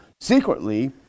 secretly